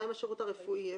מה עם השירות הרפואי?